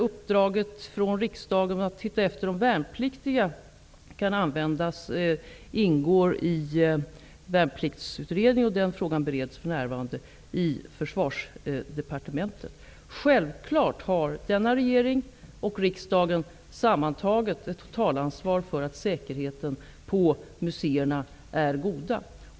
Uppdraget från riksdagen att se om värnpliktiga kan användas ingår i Värnpliktsutredningen, och den frågan bereds för närvarande i Självfallet har denna regering och riksdagen sammantaget ett totalansvar för att säkerheten på museerna är god.